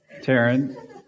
Taryn